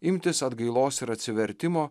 imtis atgailos ir atsivertimo